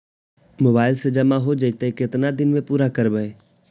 Mobile से जामा हो जैतय, केतना दिन में पुरा करबैय?